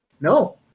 No